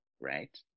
right